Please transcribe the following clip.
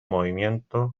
movimientos